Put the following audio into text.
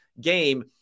game